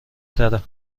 تره